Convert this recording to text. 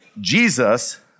Jesus